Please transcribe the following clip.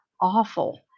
awful